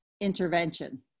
intervention